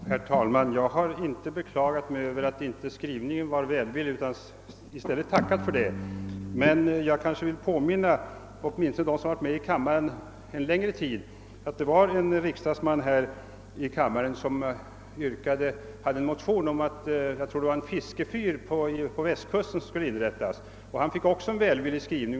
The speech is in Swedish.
Herr talman! Jag har inte beklagat mig över att skrivningen inte var välvillig utan har i stället tackat för den. Jag vill i detta sammanhang dock erinra dem som varit med i denna kammare en längre tid om en ledamot som en gång hade motionerat om uppsättande av en fiskefyr på västkusten. Också han fick en välvillig skrivning.